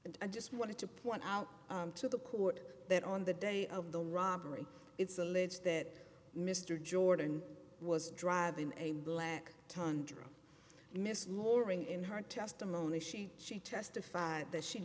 and i just wanted to point out to the court that on the day of the robbery it's alleged that mr jordan was driving a black tundra miss loring in her testimony she she testified that she